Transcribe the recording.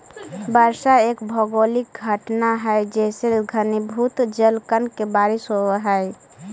वर्षा एक भौगोलिक घटना हई जेसे घनीभूत जलकण के बारिश होवऽ हई